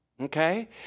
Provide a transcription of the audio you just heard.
Okay